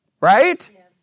right